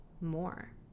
more